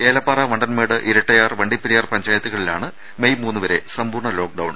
ഏലപ്പാറ വണ്ടൻമേട് ഇരട്ടയാർ വണ്ടിപ്പെരിയാർ പഞ്ചായത്തുകളിലാണ് മെയ് മൂന്ന് വരെ സമ്പൂർണ്ണ ലോക്ഡൌൺ